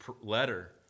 letter